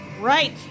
Right